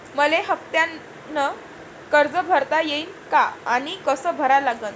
मले हफ्त्यानं कर्ज भरता येईन का आनी कस भरा लागन?